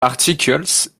articles